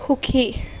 সুখী